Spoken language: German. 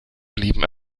blieben